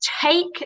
take